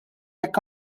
jekk